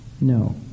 no